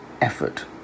effort